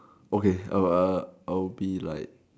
okay err I'll be like